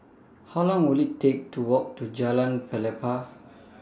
How Long Will IT Take to Walk to Jalan Pelepah